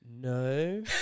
No